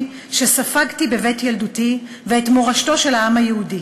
שספגתי בבית ילדותי ואת מורשתו של העם היהודי.